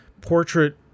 Portrait